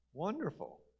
Wonderful